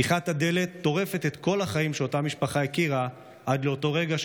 פתיחת הדלת טורפת את כל החיים שאותה משפחה הכירה עד לאותו רגע,